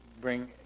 bring